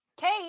Kate